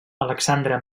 alexandre